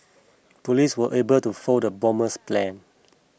police were able to foil the bomber's plan